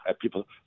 people